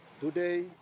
Today